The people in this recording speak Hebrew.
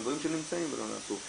אלה דברים שנמצאים ולא נעשו.